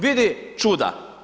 Vidi čuda.